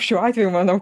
šiuo atveju manau